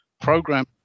program